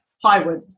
plywood